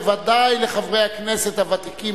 בוודאי לחברי הכנסת הוותיקים,